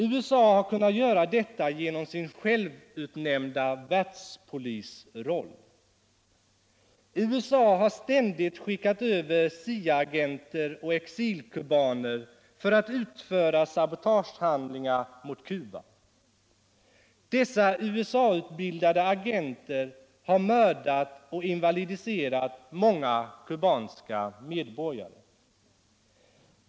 USA har kunnat göra detta genom sin självutnämnda världspolisroll. USA har ständigt skickat över CIA-agenter och exilkubaner för att utföra sabotugehundlingar mot Cuba. Dessa USA-utbildade agenter har mördat och invalidiserat många kubanska medborgare.